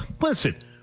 Listen